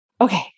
okay